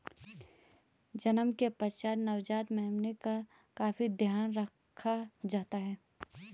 जन्म के पश्चात नवजात मेमने का काफी ध्यान रखा जाता है